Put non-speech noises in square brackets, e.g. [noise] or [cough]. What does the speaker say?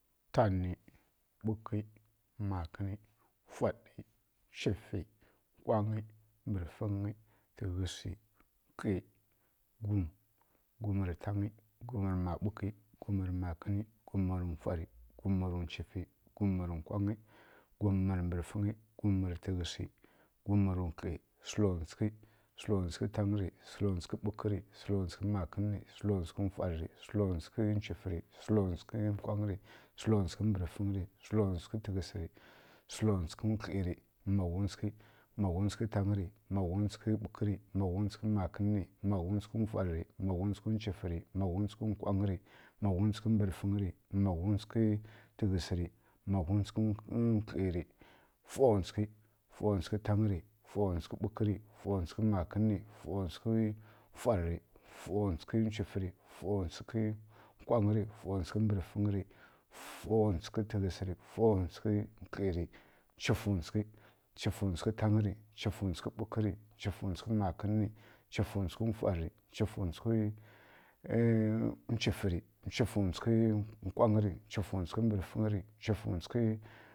Tani ɓughi makǝni mfwari nchwufi nkwangyi bǝrfǝngyi tǝghǝsi wkli gwum gwumn rǝ tan gwumrǝ ma ɓughǝ gwumrǝ makǝni gwumrǝ mfwari gwumrǝ nchwufi gwumrǝ nkwangyi gwumrǝ mbǝrfǝngyi gwumrǝ tǝghǝsi gwumrǝ wkli sǝlontwsughi sǝlontswughi tanri sǝlontswughi ɓughǝri sǝlontswughi makǝnri sǝlontswughi mfwaɗǝri sǝlontswughi nchwufǝri sǝlontswughi nkwangyri sǝlontswughi mbǝrǝfǝngyri sǝlontswughi tǝghǝsǝri sǝlontswughi wkli maguntsaghi, maguntsaghi tanri maguntsaghi ɓughǝri maguntsaghi makǝnǝri maguntsaghi mfwarri maguntsaghi nchwufǝri maguntsaghi nkwangyǝri maguntsaghi mbǝrǝfǝngyri maguntsaghi tǝghǝsǝri maguntsaghi wkliri mfwountsghǝ mfwountsǝghǝ tanǝri mfwountsǝghǝ ɓughǝri mfwountsǝghǝ makǝnǝri mfwountsǝghǝ mfwarri mfwountsǝghǝ nchwufǝri mfwountsǝghǝ nkwangyǝri mfwountsǝghǝ bǝrǝfǝngyri mfwountsǝghǝ tǝghǝsǝri mfwountsǝghǝ wkliri nchwufǝwtsǝghi nchwufǝwtsǝghi tanri nchwufǝwtsǝghi ɓughǝri nchwufǝwtsǝghi makǝnǝri nchwufǝwtsǝghi [hesitation] mfwarri nchwufǝwtsǝghi nchwufǝri nchwufǝwtsǝghi nkwangyǝri nchwufǝwtsǝghi